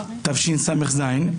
התשס"ז,